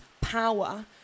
power